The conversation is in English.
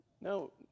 No